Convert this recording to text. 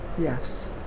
Yes